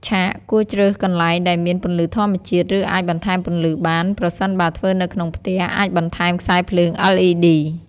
ឆាកគួរជ្រើសកន្លែងដែលមានពន្លឺធម្មជាតិ ឬអាចបន្ថែមពន្លឺបាន ប្រសិនបើធ្វើនៅក្នុងផ្ទះ អាចបន្ថែមខ្សែភ្លើង LED ។